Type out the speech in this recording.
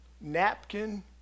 napkin